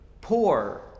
poor